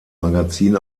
magazin